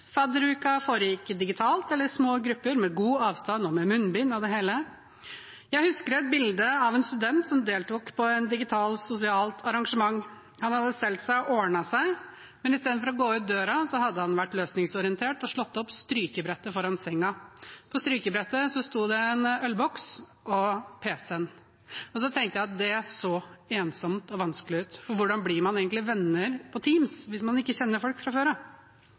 fadderuka forgikk digitalt eller i små grupper med god avstand og med munnbind og det hele. Jeg husker et bilde av en student som deltok på et digitalt sosialt arrangement. Han hadde stelt seg og ordnet seg, men i stedet for å gå ut døra hadde han vært løsningsorientert og slått opp strykebrettet foran sengen. På strykebrettet sto pc-en og en ølboks. Jeg tenkte at det så ensomt og vanskelig ut, for hvordan blir man egentlig venner på Teams hvis man ikke kjenner folk fra før?